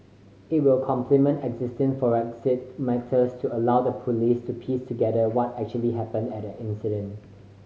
it will complement existing forensic methods to allow the Police to piece together what actually happened at an incident